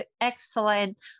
excellent